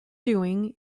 doing